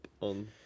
on